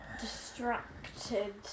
distracted